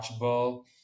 watchable